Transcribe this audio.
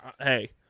Hey